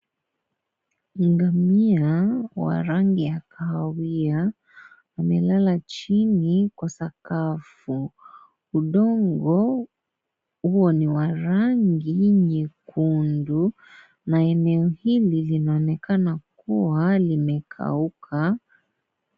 Ngamia wa rangi ya kahawia wamelala chini kwa sakafu. udo go huo ni wa rangi nyekundu na eneo hili linaonekana kuwa limekauka.